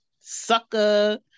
sucker